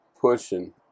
pushing